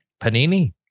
panini